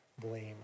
blame